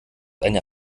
eine